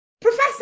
Professor